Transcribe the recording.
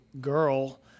girl